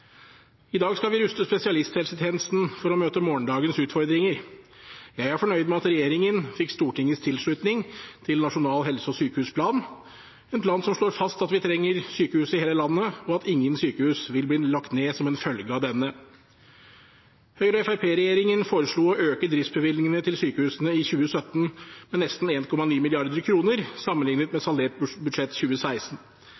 I dag skal vi ruste spesialisthelsetjenesten for å møte morgendagens utfordringer. Jeg er fornøyd med at regjeringen fikk Stortingets tilslutning til Nasjonal helse- og sykehusplan, en plan som slår fast at vi trenger sykehus i hele landet, og at ingen sykehus vil bli lagt ned som en følge av denne. Høyre–Fremskrittsparti-regjeringen foreslo å øke driftsbevilgningene til sykehusene i 2017 med nesten 1,9 mrd. kr sammenliknet med